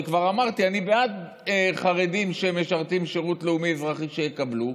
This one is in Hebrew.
אני כבר אמרתי: אני בעד שחרדים שמשרתים שירות לאומי-אזרחי יקבלו,